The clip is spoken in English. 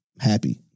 happy